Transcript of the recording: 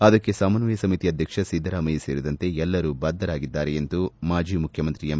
ಅದಕ್ಷಿ ಸಮನ್ವಯ ಸಮಿತಿ ಅಧ್ಯಕ್ಷ ಸಿದ್ದರಾಮಯ್ಯ ಸೇರಿದಂತೆ ಎಲ್ಲರೂ ಬದ್ದರಾಗಿದ್ದಾರೆ ಎಂದು ಮಾಜಿ ಮುಖ್ಯಮಂತ್ರಿ ಎಂ